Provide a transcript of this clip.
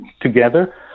together